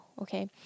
okay